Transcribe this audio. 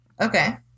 Okay